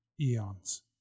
eons